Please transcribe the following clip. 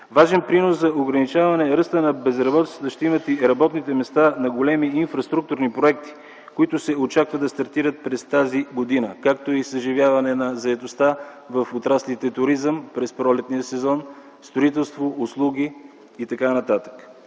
Важен принос за ограничаване ръста на безработицата ще имат и работните места на големи инфраструктурни проекти, които се очаква да стартират през тази година, както и съживяване на заетостта в отраслите „Туризъм”, „Строителство”, „Услуги” и др.